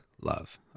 love